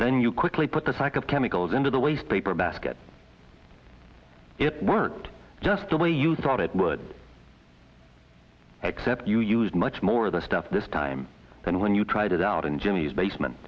then you quickly put the sack of chemicals into the waste paper basket it worked just the way you thought it would except you used much more of the stuff this time than when you tried it out in jimmy's basement